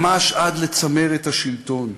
ממש עד לצמרת השלטון,